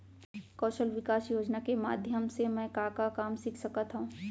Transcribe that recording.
कौशल विकास योजना के माधयम से मैं का का काम सीख सकत हव?